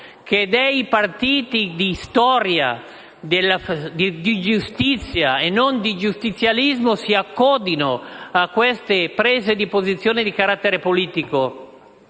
di rispetto per la giustizia e non di giustizialismo si accodino a queste prese di posizione di carattere politico.